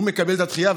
הוא מקבל את הדחייה,